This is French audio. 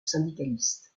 syndicaliste